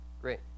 great